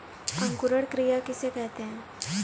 अंकुरण क्रिया किसे कहते हैं?